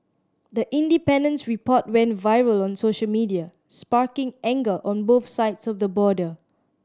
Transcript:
the Independent's report went viral on social media sparking anger on both sides of the border